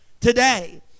today